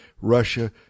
Russia